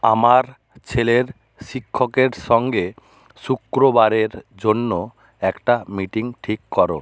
আমার ছেলের শিক্ষকের সঙ্গে শুক্রবারের জন্য একটা মিটিং ঠিক করো